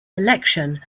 election